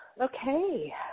Okay